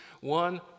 one